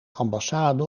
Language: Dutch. ambassade